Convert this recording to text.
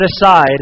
aside